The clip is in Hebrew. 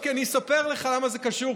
אני אספר לך למה זה קשור,